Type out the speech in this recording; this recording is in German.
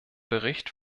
bericht